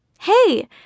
Hey